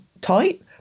tight